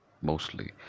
mostly